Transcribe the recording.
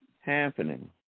happening